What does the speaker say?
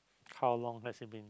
how long has it been